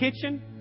kitchen